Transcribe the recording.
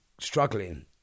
struggling